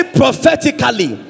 prophetically